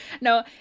no